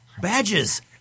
badges